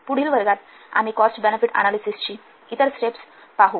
पुढील वर्गात आम्ही कॉस्ट बेनेफिट अनालिसिसची इतर स्टेप्स पाहू